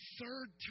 third